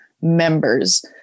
members